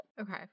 Okay